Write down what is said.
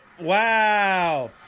wow